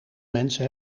mensen